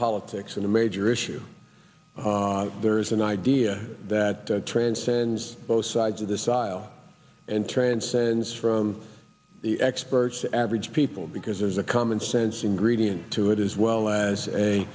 politics and a major issue there is an idea that transcends both sides of the sile and transcends from the experts average people because there's a common sense ingredient to it as well as a